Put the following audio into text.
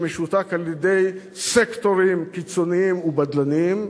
שמשותק על-ידי סקטורים קיצוניים ובדלניים.